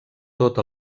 tot